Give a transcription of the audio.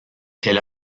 elle